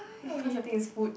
cause I think it's food